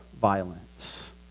violence